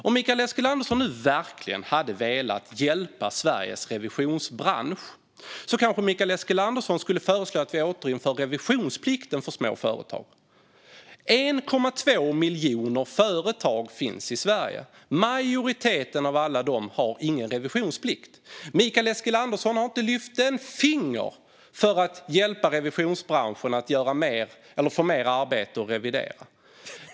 Om Mikael Eskilandersson verkligen hade velat hjälpa Sveriges revisionsbransch kanske Mikael Eskilandersson skulle föreslå att vi återinför revisionsplikten för små företag. Det finns 1,2 miljoner företag i Sverige. Majoriteten av alla dem har ingen revisionsplikt. Mikael Eskilandersson har inte lyft ett finger för att hjälpa revisionsbranschen att få mer arbete att revidera.